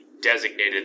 designated